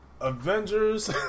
Avengers